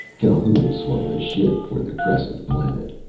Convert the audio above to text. calhoun swung the ship for the crescent planet.